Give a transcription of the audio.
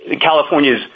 California's